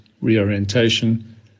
reorientation